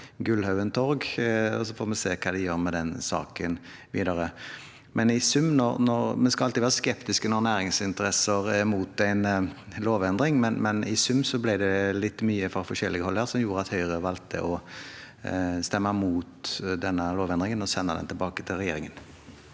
Gullhaug torg, så får vi se hva de gjør med den saken videre. Vi skal alltid være skeptiske når næringsinteresser er imot en lovendring, men i sum ble det litt mye fra forskjellige hold her, som gjorde at Høyre valgte å stemme imot denne lovendringen og sende den tilbake til regjeringen.